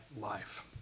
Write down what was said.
life